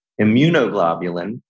immunoglobulin